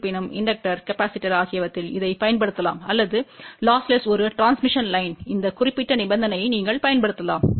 இருப்பினும் inductor capacitor ஆகியவற்றிற்கு இதைப் பயன்படுத்தலாம் அல்லது லொஸ்லெஸ் ஒரு டிரான்ஸ்மிஷன் லைன் இந்த குறிப்பிட்ட நிபந்தனையை நீங்கள் பயன்படுத்தலாம்